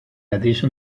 addition